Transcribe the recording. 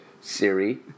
Siri